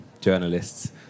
journalists